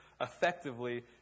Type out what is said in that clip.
effectively